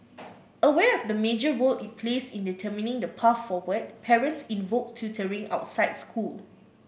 aware of the major role it plays in determining the path forward parents invoke tutoring outside school